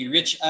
Rich